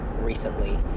recently